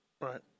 Right